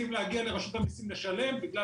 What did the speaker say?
צריכים להגיע לרשות המסים לשלם בגלל